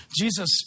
Jesus